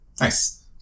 Nice